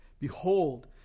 Behold